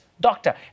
doctor